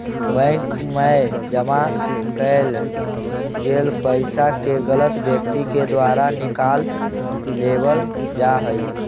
bank मैं जमा कैल गेल पइसा के गलत व्यक्ति के द्वारा निकाल लेवल जा हइ